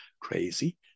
crazy